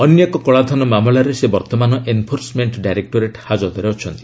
ଅନ୍ୟ ଏକ କଳାଧନ ମାମଲାରେ ସେ ବର୍ତ୍ତମାନ ଏନ୍ଫୋର୍ସମେଣ୍ଟ ଡାଇରେକ୍ଟୋରେଟ୍ ହାକତରେ ଅଛନ୍ତି